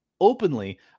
openly